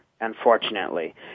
unfortunately